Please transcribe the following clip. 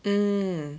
mm